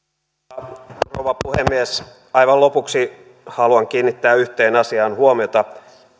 arvoisa rouva puhemies aivan lopuksi haluan kiinnittää yhteen asiaan huomiota